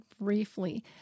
briefly